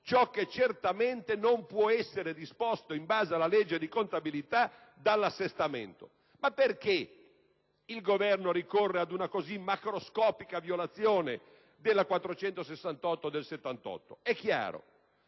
ciò che certamente non può essere disposto in base alla legge di contabilità dall'assestamento. Ma perché il Governo ricorre ad una così macroscopica violazione della legge n. 468 del 1978? È chiaro!